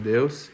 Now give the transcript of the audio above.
Deus